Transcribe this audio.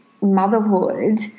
motherhood